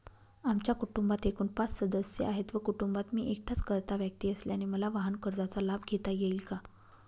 आमच्या कुटुंबात एकूण पाच सदस्य आहेत व कुटुंबात मी एकटाच कर्ता व्यक्ती असल्याने मला वाहनकर्जाचा लाभ घेता येईल का?